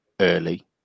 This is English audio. early